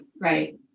right